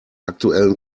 aktuellen